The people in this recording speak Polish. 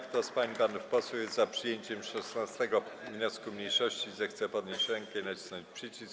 Kto z pań i panów posłów jest za przyjęciem 16. wniosku mniejszości, zechce podnieść rękę i nacisnąć przycisk.